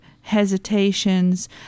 hesitations